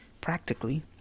practically